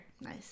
Nice